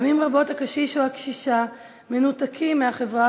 פעמים רבות הקשיש או הקשישה מנותקים מהחברה